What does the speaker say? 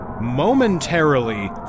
momentarily